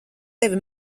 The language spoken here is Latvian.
tevi